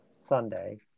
Sunday